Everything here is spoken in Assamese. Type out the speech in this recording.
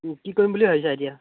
কি কৰিম বুলি ভাবিছা এতিয়া